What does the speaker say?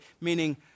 meaning